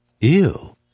Ew